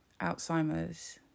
Alzheimer's